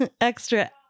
extra